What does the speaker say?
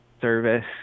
service